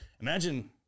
Imagine